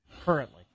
currently